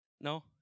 No